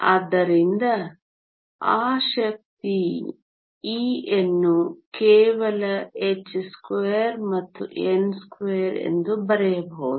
ಆದ್ದರಿಂದ ಆ ಶಕ್ತಿ E ಯನ್ನು ಕೇವಲ h2 ಮತ್ತು n2 ಎಂದು ಬರೆಯಬಹುದು